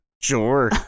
Sure